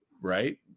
Right